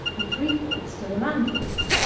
three-fourths to the landlord.